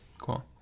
Cool